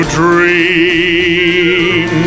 dream